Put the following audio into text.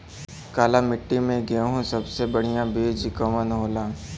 काली मिट्टी में गेहूँक सबसे बढ़िया बीज कवन होला?